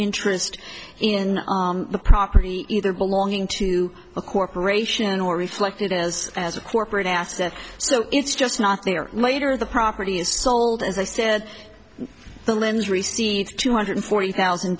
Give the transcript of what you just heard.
interest in the property either belonging to a corporation or reflected as as a corporate asset so it's just not there later the property is sold as i said the linz receives two hundred forty thousand